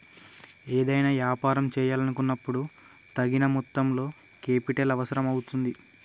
ఏదైనా యాపారం చేయాలనుకున్నపుడు తగిన మొత్తంలో కేపిటల్ అవసరం అవుతుంది